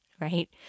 right